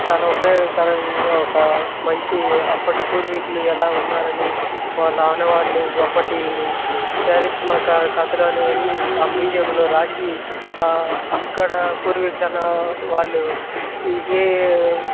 చాలా ఉపయోగకరంగా ఒక మంచి అప్పటి పూర్వికులు ఎలా ఉన్నారు అని వాళ్ళ ఆనవాళ్లు అప్పటి చారిత్రాత్మక కథలు అనేవి ఆ మ్యూజియంలో రాసి అక్కడ పూర్వీకులను వాళ్ళు ఏ